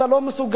אתה לא מסוגל.